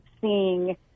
seeing